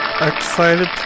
Excited